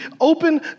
open